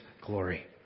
glory